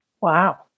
Wow